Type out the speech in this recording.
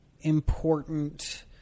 important—